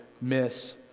miss